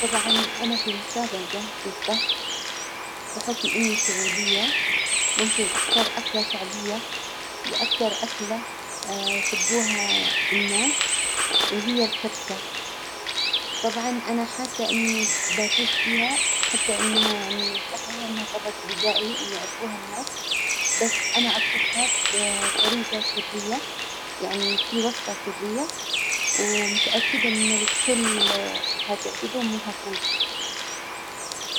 طبعا أنا في مسابجة للطهي بحكم إني سعودية ممكن أختار أكلة شعبية، وأكثر أكلة يحبوها الناس وهي الكبسة، طبعا أنا حاسة إني بفوز فيها، حتى إنها يعني صحيح إنها طبج بدائي ويعرفوها الناس بس أنا أطبخها بطريجة سرية، يعني فيه وصفة سرية ومتأكدة إن الكل حتعجبهم وهفوز.